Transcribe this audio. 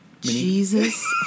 Jesus